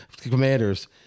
Commanders